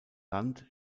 land